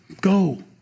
Go